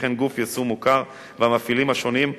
וכן גוף יישום מוכר והמפעילים השונים,